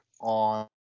on